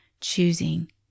choosing